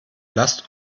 lasst